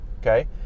Okay